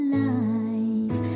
life